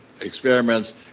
experiments